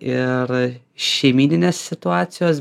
ir šeimyninės situacijos